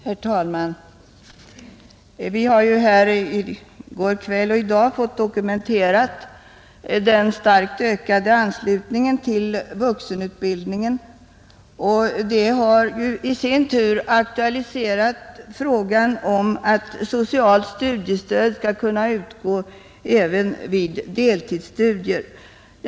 Herr talman! Vi har i går kväll och i dag fått dokumenterad den starkt ökade anslutningen till vuxenutbildningen, och det har i sin tur aktualiserat frågan om att socialt studiestöd skall kunna utgå även vid deltidsstudier.